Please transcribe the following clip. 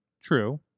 True